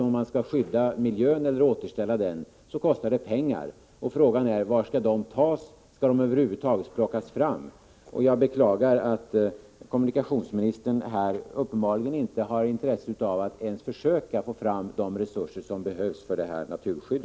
Om man skall skydda eller återställa miljö kostar det alltid pengar. Frågan är: Var skall dessa pengar tas? Skall de över huvud taget plockas fram? Jag beklagar att kommunikationsministern uppenbarligen inte har intresse av att ens försöka få fram de resurser som behövs för detta naturskydd.